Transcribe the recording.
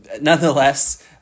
nonetheless